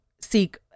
seek